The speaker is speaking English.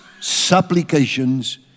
supplications